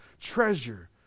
treasure